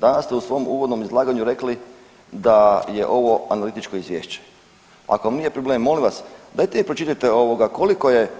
Danas ste u svom uvodnom izlaganju rekli da je ovo analitičko izvješće, ako vam nije problem molim vas dajte mi pročitajte koliko je